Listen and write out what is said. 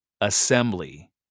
assembly